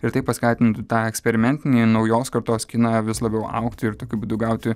ir tai paskatintų tą eksperimentinį naujos kartos kiną vis labiau augti ir tokiu būdu gauti